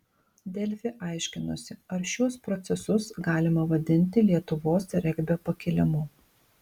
delfi aiškinosi ar šiuos procesus galima vadinti lietuvos regbio pakilimu